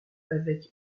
avec